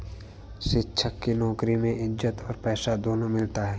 शिक्षक की नौकरी में इज्जत और पैसा दोनों मिलता है